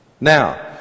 now